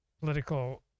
political